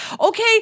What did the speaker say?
Okay